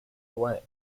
away